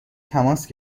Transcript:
تماس